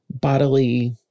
bodily